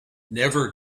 never